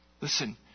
Listen